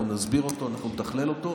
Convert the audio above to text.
אנחנו נסביר אותו, אנחנו נתכלל אותו.